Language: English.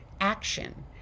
Action